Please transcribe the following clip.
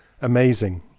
amazing!